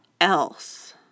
else